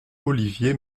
olivier